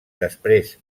després